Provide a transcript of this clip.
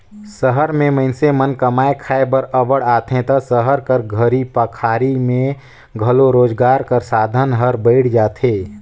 सहर में मइनसे मन कमाए खाए बर अब्बड़ आथें ता सहर कर घरी पखारी में घलो रोजगार कर साधन हर बइढ़ जाथे